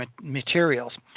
materials